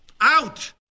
Out